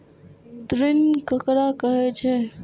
ऋण ककरा कहे छै?